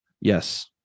Yes